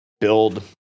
build